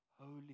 holy